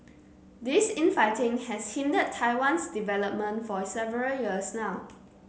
this infighting has hindered Taiwan's development for several years now